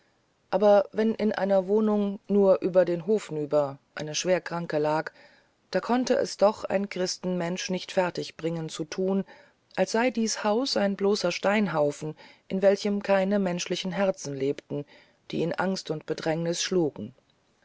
aber wenn in einer wohnung nur über den hof nüber eine schwerkranke lag da konnte es doch ein christenmensch nicht fertig bringen zu thun als sei dieses haus ein bloßer steinhaufen in welchem keine menschlichen herzen lebten die in angst und bedrängnis schlugen